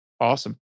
Awesome